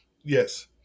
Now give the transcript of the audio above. Yes